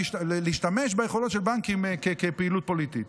ולהשתמש ביכולות של בנקים כפעילות פוליטית.